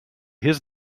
his